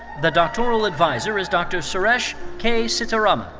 the doctoral adviser is dr. suresh k. sitaraman.